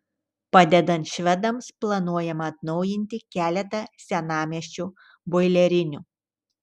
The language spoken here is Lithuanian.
padedant švedams planuojama atnaujinti keletą senamiesčio boilerinių